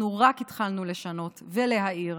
אנחנו רק התחלנו לשנות ולהעיר,